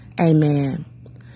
Amen